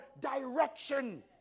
direction